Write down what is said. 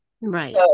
right